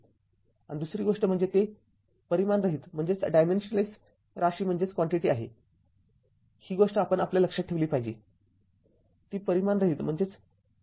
आणि दुसरी गोष्ट म्हणजे ती परिमाणरहित राशी आहे ही गोष्ट आपण आपल्या लक्षात ठेवली पाहिजे ती परिमाणरहित राशी आहे